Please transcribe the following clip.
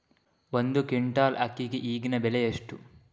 ಒಂದು ಕ್ವಿಂಟಾಲ್ ಅಕ್ಕಿಗೆ ಈಗಿನ ಬೆಲೆ ಎಷ್ಟು?